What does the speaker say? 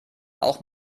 auch